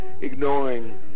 ignoring